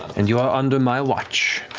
and you are under my watch.